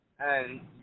Hey